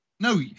No